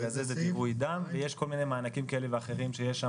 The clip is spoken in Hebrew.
הגזזת ועירוי דם יש כל מיני מענקים כאלה ואחרים,